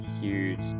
huge